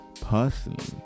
personally